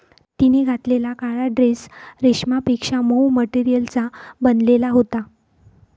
तिने घातलेला काळा ड्रेस रेशमापेक्षा मऊ मटेरियलचा बनलेला होता